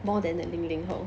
more than the 零零后